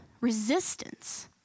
resistance